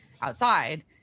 outside